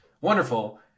wonderful